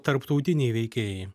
tarptautiniai veikėjai